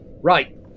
right